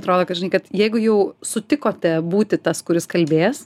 atrodo kad žinai kad jeigu jau sutikote būti tas kuris kalbės